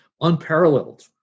unparalleled